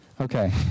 Okay